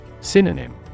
Synonym